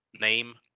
name